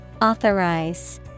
Authorize